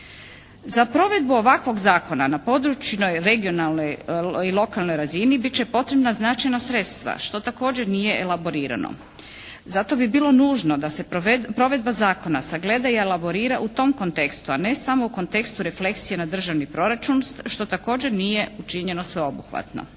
Za provedbu ovakvog zakona na područnoj regionalnoj i lokalnoj razini bit će potrebna značajna sredstva što također nije elaborirano. Zato bi bilo nužno da se provedba zakona sagleda i elaborirano. Zato bi bilo nužno da se provedba zakona sagleda i elaborira u tom kontekstu a ne samo u kontekstu refleksije na državni proračun što također nije učinjeno sveobuhvatno.